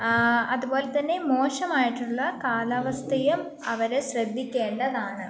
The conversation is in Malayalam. അതുപോലെത്തന്നെ മോശമായിട്ടുള്ള കാലാവസ്ഥയും അവരെ ശ്രദ്ധിക്കേണ്ടതാണ്